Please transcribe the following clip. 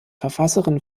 verfasserin